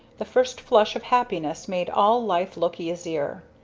the first flush of happiness made all life look easier.